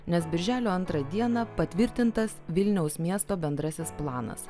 nes birželio antrą dieną patvirtintas vilniaus miesto bendrasis planas